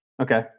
Okay